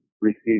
receive